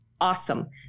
awesome